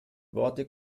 worte